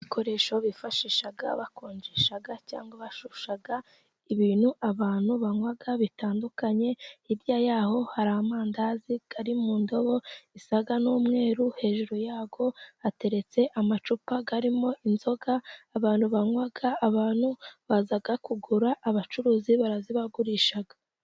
Ibikoresho bifashisha bakonjesha cyangwa bashyushya ibintu abantu banywa, bitandukanye. Hirya y’aho, hari amandazi ari mu ndobo zisa n’umweru, hejuru yayo hateretse amacupa arimo inzoga abantu banywa. Abantu baza kugura, abacuruzi barazibagurisha.